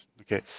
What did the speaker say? okay